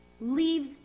leave